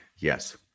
Yes